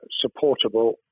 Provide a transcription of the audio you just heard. supportable